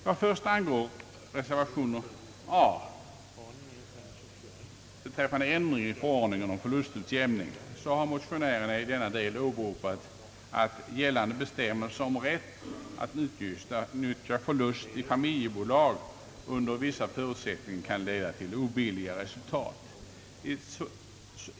Vad först angår reservation A beträffande ändring i förordningen om förlustutjämning har motionärerna i denna del åberopat att gällande bestämmelser om rätt att avdragsvis utnyttja förlust i familjebolag under vissa förutsättningar kan leda till obilliga resultat.